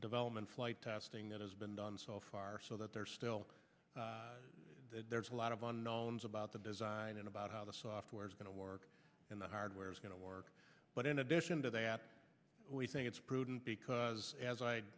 development flight testing that has been done so far so that there are still a lot of unknowns about the design and about how the software is going to work in the hardware is going to work but in addition to that we think it's prudent because as i